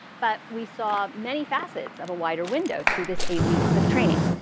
but we saw many facets of a wider window through this eight weeks of training,